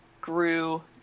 grew